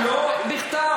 הוא לא בכתב.